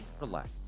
Relax